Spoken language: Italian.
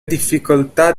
difficoltà